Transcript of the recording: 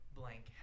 blank